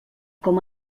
com